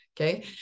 okay